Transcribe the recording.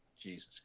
Jesus